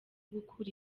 gukura